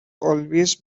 always